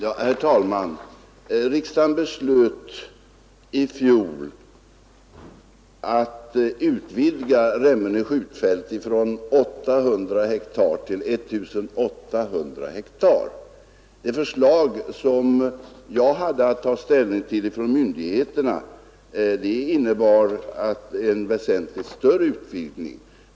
Herr talman! Riksdagen beslöt i fjol att utvidga Remmene skjutfält från 800 ha till 1 800 ha. Det förslag från myndigheterna som jag hade att ta ställning till, innebar en väsentligt större utvidgning.